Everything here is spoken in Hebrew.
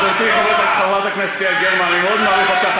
חברתי חברת הכנסת יעל גרמן, אני מאוד מעריך אותך.